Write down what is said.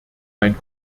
mein